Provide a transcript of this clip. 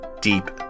deep